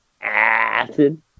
acid